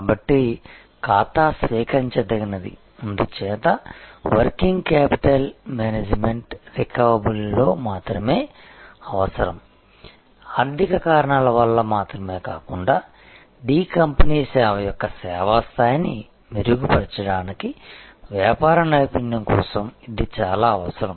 కాబట్టి ఖాతా స్వీకరించదగినది అందుచేత వర్కింగ్ క్యాపిటల్ మేనేజ్మెంట్ రికవబుల్లో మాత్రమే అవసరం ఆర్థిక కారణాల వల్ల మాత్రమే కాకుండా డి కంపెనీ సేవ వారి యొక్క వినియోగదారులకి సేవా స్థాయిని మెరుగుపరచడానికి వ్యాపార నైపుణ్యం కోసం ఇది చాలా అవసరం